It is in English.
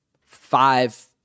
five